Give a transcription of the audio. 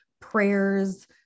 prayers